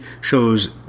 shows